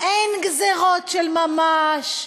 אין גזירות של ממש.